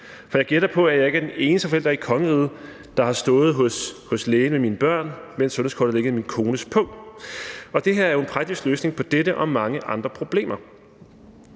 For jeg gætter på, at jeg ikke er den eneste forælder i kongeriget, der har stået hos lægen med mine børn, mens sundhedskortet har ligget i min kones pung, og det her er jo en praktisk løsning på dette og mange andre problemer.